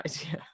idea